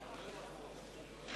רבותי,